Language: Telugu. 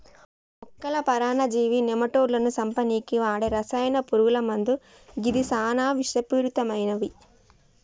మొక్కల పరాన్నజీవి నెమటోడ్లను సంపనీకి వాడే రసాయన పురుగుల మందు గిది సానా విషపూరితమైనవి